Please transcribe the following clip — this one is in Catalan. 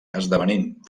esdevenint